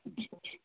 اچھا اچھا